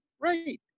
right